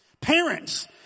Parents